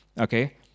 Okay